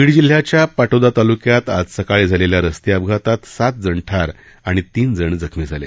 बीड जिल्ह्याच्या पाटोदा ताल्क्यात आज सकाळी झालेल्या रस्ते अपघातात सातजण ठार आणि तीनजण जखमी झाले